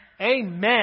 amen